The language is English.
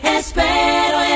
espero